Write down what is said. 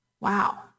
Wow